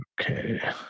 Okay